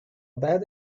bad